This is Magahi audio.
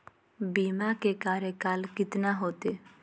बीमा के कार्यकाल कितना होते?